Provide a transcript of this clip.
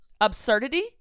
Absurdity